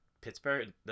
pittsburgh